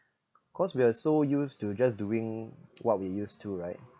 cause we are so used to just doing what we used to right